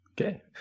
Okay